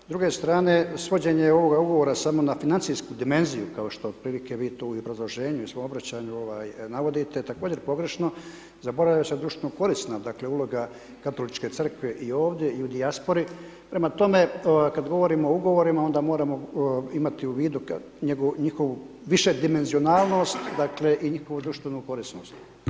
S druge strane, svođenje ovoga ugovora samo na financijsku dimenziju kao što otprilike vi tu i u obrazloženju i u svom obraćanju navodite je također pogrešno, zaboravlja se društveno-korisna uloga Katoličke crkve i ovdje i u dijaspori, prema tome, kad govorimo o ugovorima, onda moramo imati u vidu njihovu višedimenzionalnost dakle i njihovu društvenu korisnost.